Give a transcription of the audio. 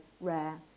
rare